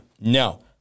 no